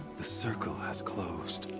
the circle has closed.